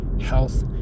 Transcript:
health